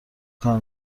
کار